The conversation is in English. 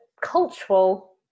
cultural